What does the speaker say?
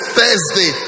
Thursday